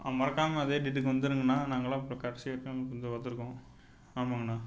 மறக்காமல் அதே டேட்டுக்கு வந்துருங்கண்ணா நாங்களாம் அப்புறம் கடைசி எக்ஸ்சாமுக்கு இங்கே வந்திருக்கோம் ஆமாங்கண்ணா